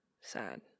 sad